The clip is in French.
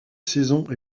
saisons